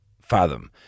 fathom